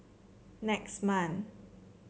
next month